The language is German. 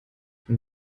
von